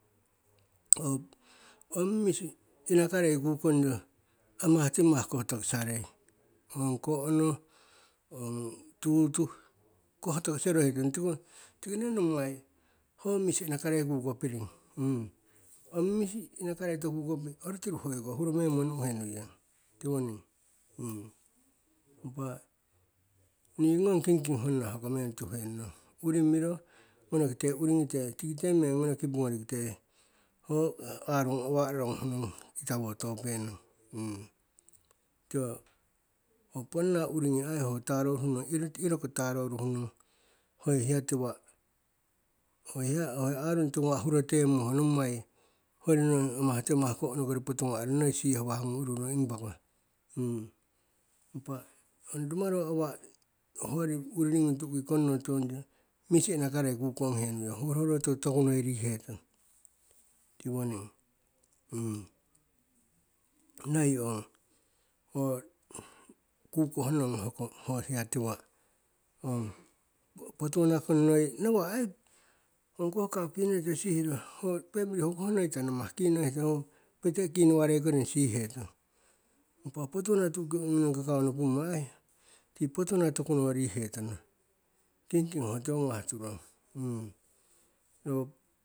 ong misi inakarei kukongyo amah timah koh tokisarei, ong ko'ono, ong tutu, koh tokisorohe tong, tiko, tiko nne nommai ho misi inakarei kukopiring. ong misi inakarei toku kukopi'i orutiru hoiko huro memmo nu'uhe nuiyong. Tiwoning, impa ni ngong kingking honna hoko meng tuhenong, uri miro, gonokite uri ngite, tikite meng ngono kipugori te, ho arung awa'a roroguh nong, itawo topenong. tiwo, ho ponna urigi ai ho taro ruhnong, iro, iroko taroruhnong, hoyori hiya tiwa'a, hoyori hiya, hoyori arung tiwo gawah huro temmo ho nommai, hoyori nong amah timah ko'ono kori potu ga'arong, noi sihawah gung ururong impako, impa, ong rumaru awa'a, hoyori uri nigung tu'uki konno tongyo misi inakarei kukong henuiyong, hurohurotu tokunoi rihe tong, tiwoning, noi ong, ho, kukoh nong hoko ho hiya tiwa'a ong, potuwana nko noi nawa'a ai ongkoh kakau kine'e kite sihiro ho femili hokoh noita namah kinoi hetong, ho pete'e kinowarei koring sihetong. Impa potuwana tu'uki ong ngi nong kakau nopummo ai, ti potuwana tokuno rihetono, ti tigu tiwo gawah turong